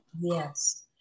yes